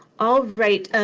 all right.